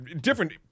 different